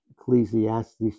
Ecclesiastes